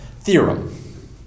theorem